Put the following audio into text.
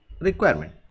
requirement